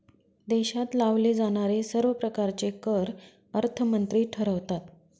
देशात लावले जाणारे सर्व प्रकारचे कर अर्थमंत्री ठरवतात